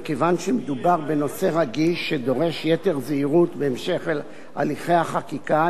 מכיוון שמדובר בנושא רגיש שדורש יתר זהירות בהמשך הליכי החקיקה,